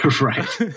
Right